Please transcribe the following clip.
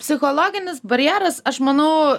psichologinis barjeras aš manau